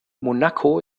monaco